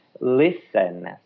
listen